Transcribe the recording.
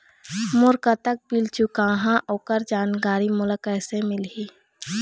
मोर कतक बिल चुकाहां ओकर जानकारी मोला कैसे मिलही?